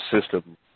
system